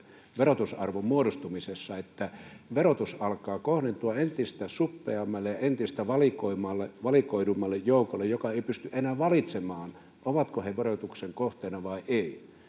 verotusarvon muodostumisessa että verotus alkaa kohdentua entistä suppeammalle ja entistä valikoidummalle valikoidummalle joukolle joka ei pysty enää valitsemaan ovatko he verotuksen kohteena vai eivät